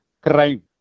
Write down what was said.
crime